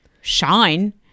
shine